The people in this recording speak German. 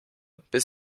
bis